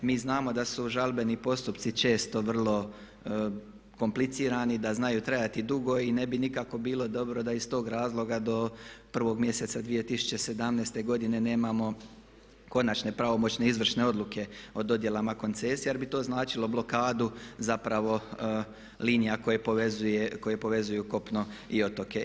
Mi znamo da su žalbeni postupci često vrlo komplicirani, da znaju trajati dugo i ne bi nikako bilo dobro da iz tog razloga do 1. mjeseca 2017. godine nemamo konačne pravomoćne izvršne odluke o dodjelama koncesija jer bi to značilo blokadu zapravo linija koje povezuju kopno i otoke.